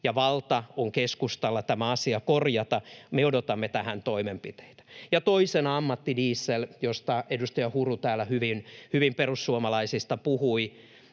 ja keskustalla on valta tämä asia korjata. Me odotamme tähän toimenpiteitä. Ja toisena ammattidiesel, josta edustaja Huru perussuomalaisista täällä